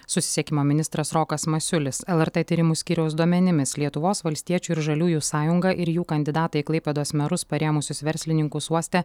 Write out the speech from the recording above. susisiekimo ministras rokas masiulis lrt tyrimų skyriaus duomenimis lietuvos valstiečių ir žaliųjų sąjungą ir jų kandidatą į klaipėdos merus parėmusius verslininkus uoste